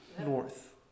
north